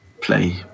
play